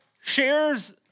shares